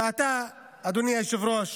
ואתה, אדוני היושב-ראש,